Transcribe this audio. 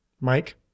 Mike